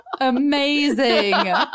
Amazing